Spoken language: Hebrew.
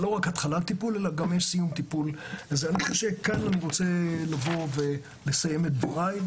אני רוצה לסיים את דבריי,